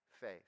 faith